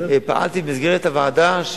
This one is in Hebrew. ופעלתי במסגרת הוועדה,